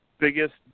biggest